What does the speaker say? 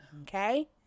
okay